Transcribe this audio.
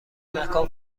مکان